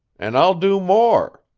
and i'll do more.